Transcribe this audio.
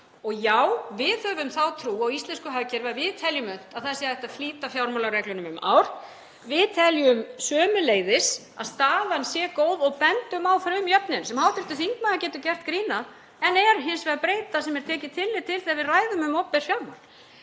Og já, við höfum þá trú á íslensku hagkerfi að við teljum unnt að flýta fjármálareglunum um ár. Við teljum sömuleiðis að staðan sé góð og bendum á frumjöfnuðinn sem hv. þingmaður getur gert grín að en er hins vegar breyta sem tekið er tillit til þegar við ræðum um opinber fjármál.